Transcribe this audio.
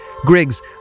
Griggs